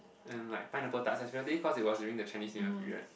and like pineapple tarts especially cause it was during the Chinese New Year period